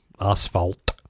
asphalt